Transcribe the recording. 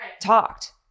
talked